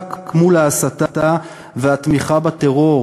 וחזק מול ההסתה והתמיכה בטרור.